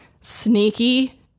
sneaky